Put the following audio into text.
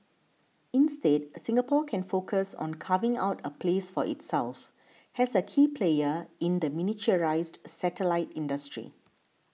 instead Singapore can focus on carving out a place for itself has a key player in the miniaturised satellite industry